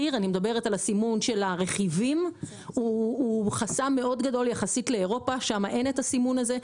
סימון רכיבי המוצר הוא חסם גדול יחסית לאירופה ששם אין דרישה שכזו.